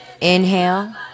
Inhale